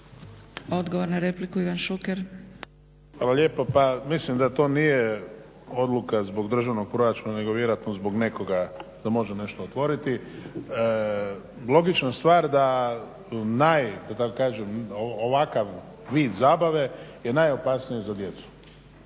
Ivan (HDZ)** Hvala lijepo. Pa mislim da to nije odluka zbog državnog proračuna nego vjerojatno zbog nekoga da može nešto otvoriti. Logična stvar da tako kažem ovakav vid zabave je najopasniji za djecu.